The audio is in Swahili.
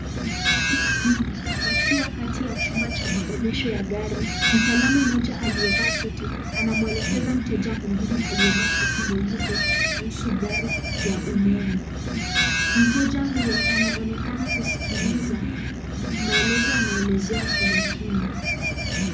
Watu wawili wakiwa katika chumba cha maonyesho ya gari. Mtaalamu mmoja aliyevaa suti anamuelekeza mtaalamu mwingine amevaa shati nyeupe, kuhusu gari ya umeme. Mteja huyo anaonekana kusikiliza maelezo anayoelezewa kwa makini.